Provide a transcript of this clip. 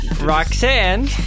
Roxanne